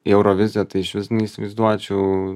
į euroviziją tai išvis neįsivaizduočiau